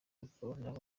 volleyball